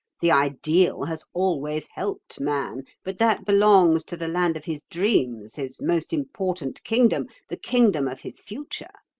the ideal has always helped man but that belongs to the land of his dreams, his most important kingdom, the kingdom of his future.